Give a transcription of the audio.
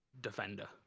defender